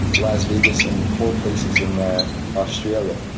las vegas and four places in ah australia.